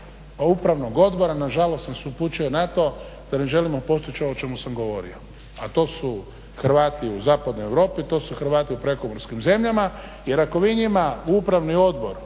Dakle, upravni odbor